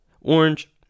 orange